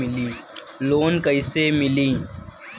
Loan कईसे मिली?